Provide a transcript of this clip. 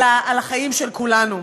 אלא על החיים של כולנו.